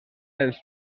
els